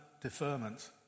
deferment